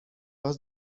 was